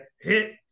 hit